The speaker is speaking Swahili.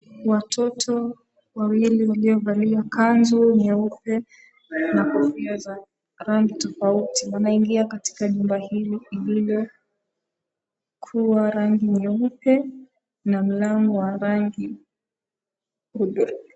Watoto wawili waliovalia kanzu nyeupe na kofia za rangi tofauti, wanaingia katika nyumba hili ililokuwa rangi nyeupe na mlango wa rangi hudhurungi.